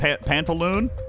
pantaloon